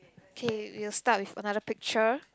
okay we'll start with another picture